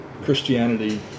Christianity